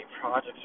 projects